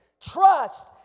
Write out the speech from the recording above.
trust